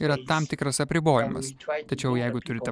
yra tam tikras apribojimas tačiau jeigu turite